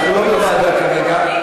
אנחנו לא בוועדה כרגע.